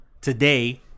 today